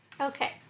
Okay